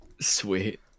Sweet